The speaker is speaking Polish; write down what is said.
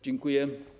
Dziękuję.